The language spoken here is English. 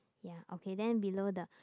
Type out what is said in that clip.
ya okay then below the